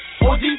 OG